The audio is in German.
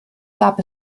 gab